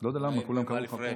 אני לא יודע למה, כולם קראו לך פה,